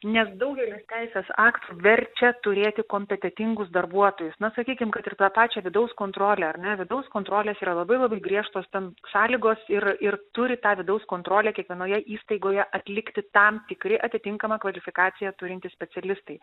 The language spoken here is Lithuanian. nes daugelis teisės aktų verčia turėti kompetentingus darbuotojus na sakykim kad ir tą pačią vidaus kontrolę ar ne vidaus kontrolės yra labai labai griežtos ten sąlygos ir ir turi tą vidaus kontrolę kiekvienoje įstaigoje atlikti tam tikri atitinkamą kvalifikaciją turintys specialistai